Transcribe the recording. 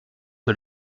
que